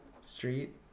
street